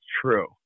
true